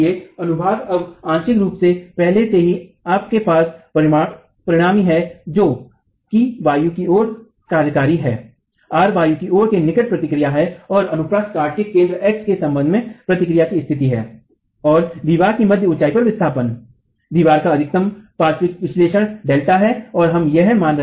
इसलिए अनुभाग अब आंशिक रूप से पहले से ही आपके पास परिणामी है जो कि वायु की ओर कार्यकारी है R वायु की ओर के निकट प्रतिक्रिया है और अनुप्रस्थ काट के केंद्र x के सम्बन्ध में प्रतिक्रिया की स्थिति और दीवार की मध्य ऊंचाई पर विस्थापन दीवार का अधिकतम पार्श्विक विक्षेपण डेल्टा ∆है